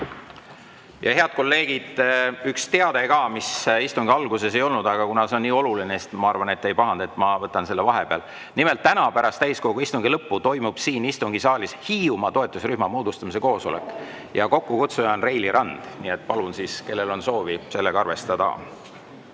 Head kolleegid, üks teade ka, mida istungi alguses ei olnud, aga kuna see on nii oluline, siis ma arvan, et te ei pahanda, kui ma [ütlen] vahepeal selle ära. Nimelt, täna pärast täiskogu istungi lõppu toimub siin istungisaalis Hiiumaa toetusrühma moodustamise koosolek. Kokkukutsuja on Reili Rand. Nii et palun siis, kellel on soovi, sellega arvestada.